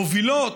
הן מובילות,